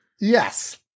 Yes